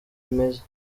bimeze